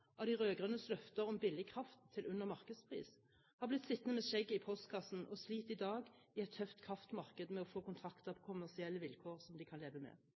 av de rød-grønnes løfter om billig kraft til under markedspris, har blitt sittende med skjegget i postkassen og sliter i dag i et tøft kraftmarked med å få kontrakter på kommersielle vilkår som de kan leve med.